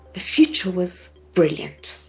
the future was brilliant.